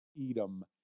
Edom